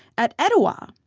at etowah,